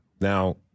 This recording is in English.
Now